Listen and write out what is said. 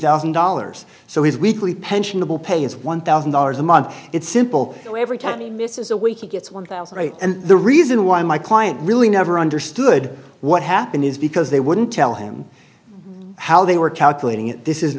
thousand dollars so his weekly pensionable pay is one thousand dollars a month it's simple every time he misses a week it gets one thousand and the reason why my client really never understood what happened is because they wouldn't tell him how they were calculating it this is an